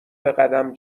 بقدم